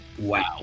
wow